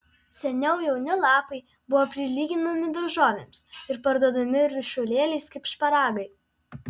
seniau jauni lapai buvo prilyginami daržovėms ir parduodami ryšulėliais kaip šparagai